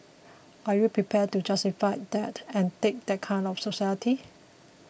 are you prepared to justify that and take that kind of society